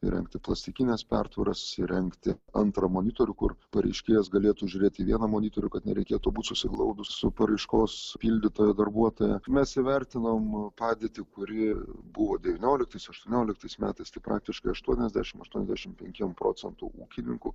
įrengti plastikines pertvaras įrengti antrą monitorių kur pareiškėjas galėtų žiūrėti į vieną monitorių kad nereikėtų būti susiglaudus su paraiškos pildytojo darbuotoja mes įvertinom padėtį kuri buvo devynioliktais aštuonioliktais metais tai praktiškai aštuoniasdešim aštuoniasdešim penkiem procentų ūkininkų